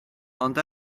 ond